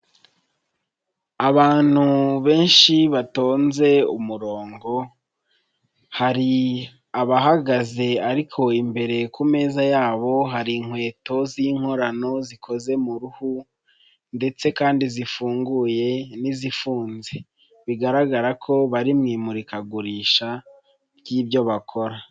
Abantu benshi batonze umurongo, hari abahagaze ariko imbere ku meza yabo hari inkweto z'inkorano zikoze mu ruhu ndetse kandi zifunguye n'izifunze, bigaragara ko bari mu imurikagurisha ry'ibyo bakora.